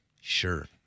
Sure